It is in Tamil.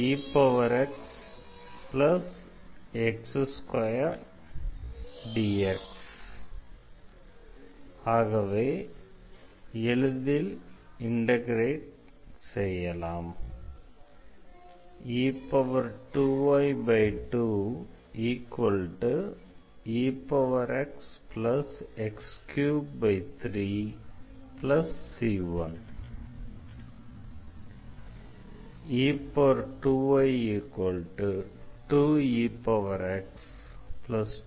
e2ydyexx2dx ஆகவே எளிதில் இண்டெக்ரேட் செய்யலாம்